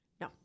No